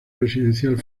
residencial